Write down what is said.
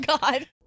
God